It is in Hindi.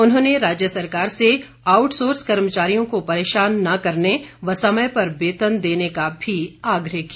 उन्होंने राज्य सरकार से आउटसोर्स कर्मचारियों को परेशान न करने व समय पर वेतन देने का भी आग्रह किया